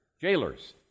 jailers